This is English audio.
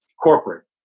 corporate